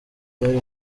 byari